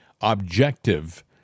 objective